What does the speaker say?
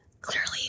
clearly